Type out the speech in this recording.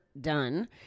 done